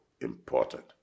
important